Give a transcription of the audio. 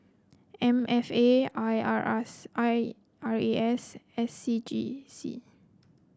M F A I R I R A S S C G C